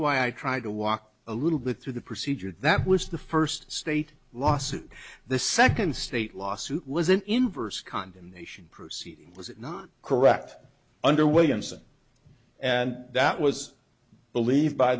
why i tried to walk a little bit through the procedure that was the first state lawsuit the second state lawsuit was an inverse condemnation proceeding was it not correct under williamson and that was believed by